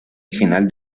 final